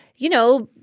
you know,